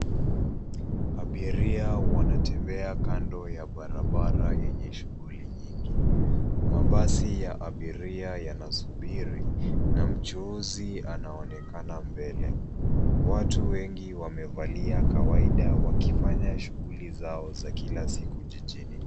Abiria wanatembea kando ya barabara yenye shughuli nyingi . Mabasi ya abiria yanasubiri, na mchuuzi anaonekana mbele. Watu wengi wamevalia kawaida , wakifanya shughuli zao za kila siku jijini.